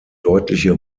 deutliche